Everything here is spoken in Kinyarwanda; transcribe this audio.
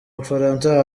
bufaransa